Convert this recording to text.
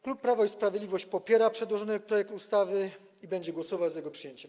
Klub Prawo i Sprawiedliwość popiera przedłożony projekt ustawy i będzie głosować za jego przyjęciem.